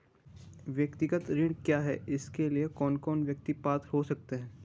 व्यक्तिगत ऋण क्या है इसके लिए कौन कौन व्यक्ति पात्र हो सकते हैं?